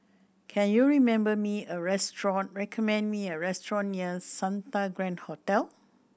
can you remember me a restaurant recommend me a restaurant near Santa Grand Hotel